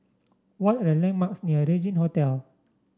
what are the landmarks near Regin Hotel